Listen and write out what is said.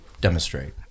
demonstrate